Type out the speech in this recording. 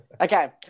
Okay